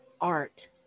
art